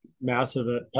massive